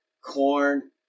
corn